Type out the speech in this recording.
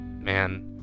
man